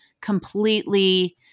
completely